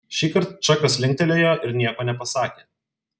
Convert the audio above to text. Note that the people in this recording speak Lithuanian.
šįkart čakas linktelėjo ir nieko nepasakė